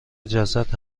جسد